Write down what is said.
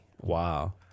Wow